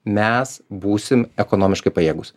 mes būsim ekonomiškai pajėgūs